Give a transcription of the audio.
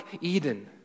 Eden